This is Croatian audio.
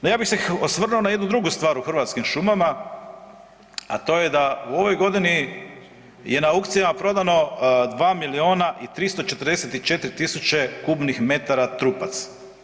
No, ja bih se osvrnuo na jednu drugu stvar u Hrvatskim šumama, a to je da u ovoj godini je na aukcijama prodano 2 miliona i 344 tisuće kubnih metara trupaca.